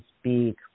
speak